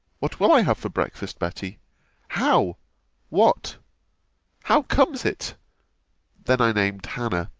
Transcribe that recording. what will i have for breakfast, betty how what how comes it then i named hannah.